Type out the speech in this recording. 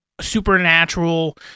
supernatural